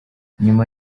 nyuma